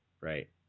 Right